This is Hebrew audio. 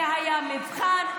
זה היה מבחן.